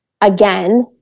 again